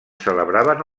celebraven